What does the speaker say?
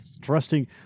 trusting